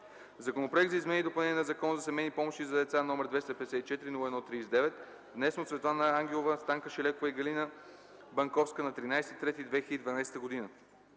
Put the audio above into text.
Законопроект за изменение и допълнение на Закона за семейни помощи за деца, № 254-01-39, внесен от Светлана Ангелова, Станка Шайлекова и Галина Банковска на 13.03.2012 г.